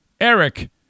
Eric